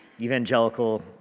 Evangelical